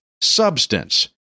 substance